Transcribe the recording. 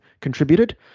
contributed